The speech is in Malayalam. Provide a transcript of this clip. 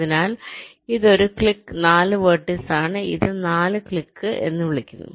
അതിനാൽ ഇതൊരു ക്ലിക് 4 വെർട്ടീസാണ് ഇതിനെ 4 ക്ലിക് എന്ന് വിളിക്കുന്നു